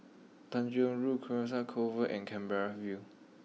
Tanjong Rhu Carcasa Convent and Canberra view